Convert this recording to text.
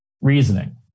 reasoning